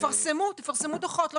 תפרסמו דוחות אנחנו נדע.